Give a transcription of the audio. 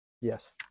Yes